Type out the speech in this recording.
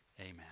amen